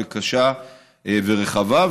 קשה ורחבה,